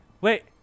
Wait